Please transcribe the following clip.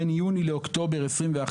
בין יוני לאוקטובר 2021,